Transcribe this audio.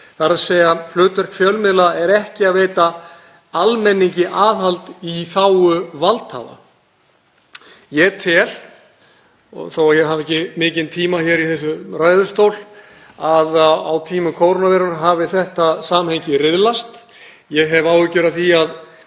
almennings, þ.e. hlutverk fjölmiðla er ekki að veita almenningi aðhald í þágu valdhafa. Ég tel, þótt ég hafi ekki mikinn tíma hér í þessum ræðustól, að á tímum kórónuveirunnar hafi þetta samhengi riðlast. Ég hef áhyggjur af því að